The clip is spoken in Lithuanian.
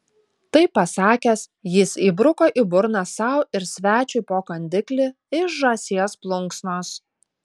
tai pasakęs jis įbruko į burną sau ir svečiui po kandiklį iš žąsies plunksnos